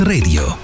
Radio